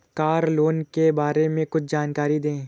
Car loan के बारे में कुछ जानकारी दें?